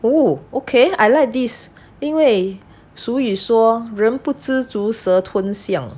oh okay I like this 因为俗语说不知足蛇吞像